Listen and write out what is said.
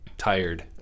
tired